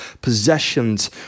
possessions